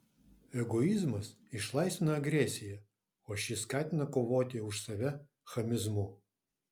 egoizmas išlaisvina agresiją o ši skatina kovoti už save chamizmu